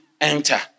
enter